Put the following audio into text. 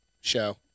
show